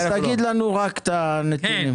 אז תגיד לנו רק את הנתונים.